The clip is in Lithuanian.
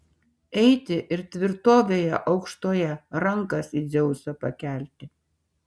eiti ir tvirtovėje aukštoje rankas į dzeusą pakelti